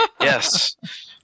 Yes